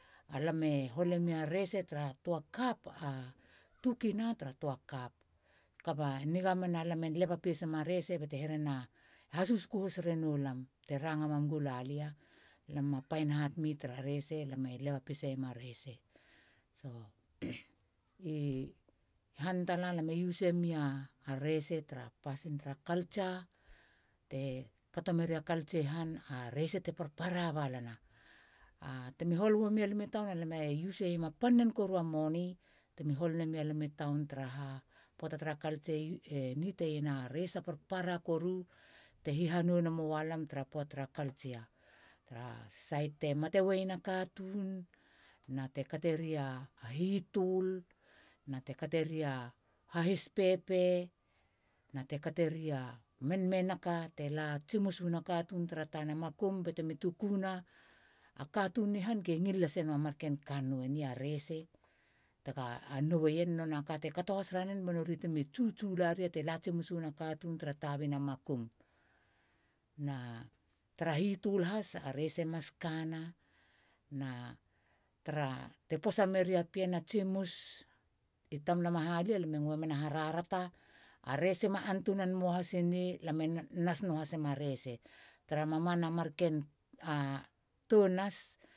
A lam e holi mia rese tra tua cup a two kina tara tua cup koba niga mena lam e leba pesama rese ba te herena susuku has rano lam te ranga mam gula lia. lam ma find hard mi tara rese lam e leba pesa nama rese. so i han tala lam e use semia rese tara pasin tra culture te kato meria culture i han a rese te para balana. ka temi hol wemi lam i town alam e use seiema panen koru a moni. temi hol memi memia lam i town tara ha poata tra culture e need e iena rese parpara te hihanou na mua lam tra poata tra culture tra sait te mate waiena katun na te kate ria hitul. na te kate ria hahispepe na te kate ria menaka te la tsimus wana katun tra tana bate mi tukuna. a katun ni han ge ngil lasena mar ken kannou ni. a rese taga nou eien nonei ka te kato has ranen ba nori te mi tsutsu lari teka la tsimus wana katun tara tana makum na tara hitul has a rese mas kana na tara te posa meria a pien a tsimus i tamlam a halia. lam e nguemen a harharata. a rese ma antunan muahas noe. lam e nas nua hase moua rese tara mamana marken tou nas